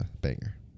banger